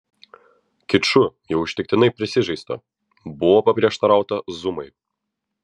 kiču jau užtektinai prisižaista buvo paprieštarauta zumai